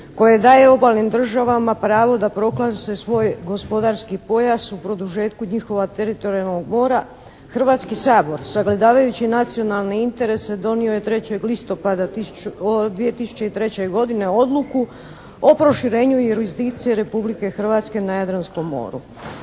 koje daje obalnim državama pravo da proglase svoj gospodarski pojas u produžetku njihova teritorijalnog mora, Hrvatski sabor sagledavajući nacionalne interese donio je 3. listopada 2003. godine Odluku o proširenju i jurisdikciji Republike Hrvatske na Jadranskom moru.